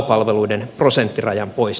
tälle siis tukeni